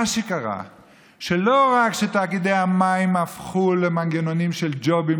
מה שקרה הוא שלא רק שתאגידי המים הפכו למנגנונים של ג'ובים,